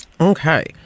Okay